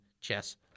chess